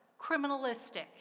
criminalistic